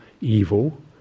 evil